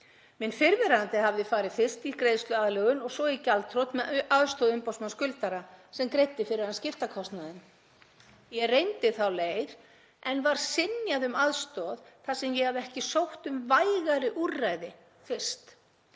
Minn fyrrverandi hafði farið fyrst í greiðsluaðlögun og svo í gjaldþrot með aðstoð umboðsmanns skuldara sem greiddi fyrir hann skiptakostnaðinn. Ég reyndi þá leið en var synjað um aðstoð þar sem ég hafði ekki sótt um vægari úrræði fyrst.